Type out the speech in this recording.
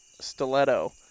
stiletto